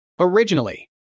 Originally